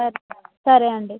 సరే సరే అండి